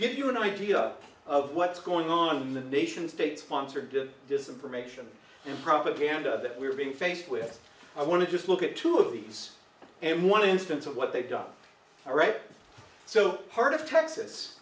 give you an idea of what's going on the nation state sponsored did this information and propaganda that we are being faced with i want to just look at two of these and one instance of what they've done all right so part of texas